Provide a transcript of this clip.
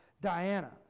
Diana